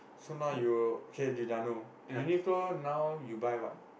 so now you hate Giordano Uniqlo now you buy what